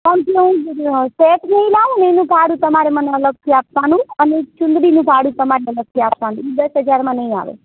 કારણ કે હું સેટ અને એ લાવું ને એનું ભાડું તમારે મને અલગથી આપવાનું અને ચુંદડીનું ભાડું તમારે અલગથી આપવાનું દસ હજારમાં નહીં આવે